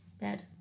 bed